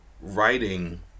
writing